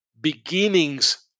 Beginnings